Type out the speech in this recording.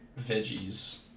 veggies